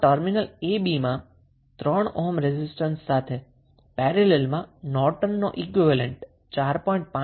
તો terminal a b ના એક્રોસમાં 3 ઓહ્મ રેઝિસ્ટન્સ સાથે પેરેલલમાં નોર્ટનનો ઈક્વીવેલેન્ટ 4